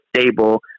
stable